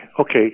Okay